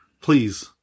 please